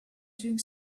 doing